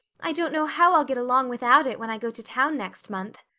i don't know how i'll get along without it when i go to town next month.